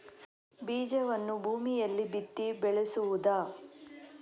ಬೀಜವನ್ನು ಭೂಮಿಯಲ್ಲಿ ಬಿತ್ತಿ ಬೆಳೆಸುವುದಾ?